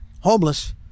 homeless